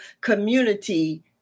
community